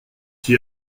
qui